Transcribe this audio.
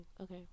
okay